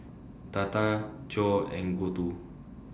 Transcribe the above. Tata Choor and Gouthu